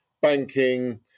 banking